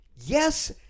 Yes